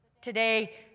Today